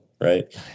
right